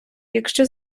якщо